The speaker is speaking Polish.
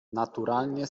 naturalnie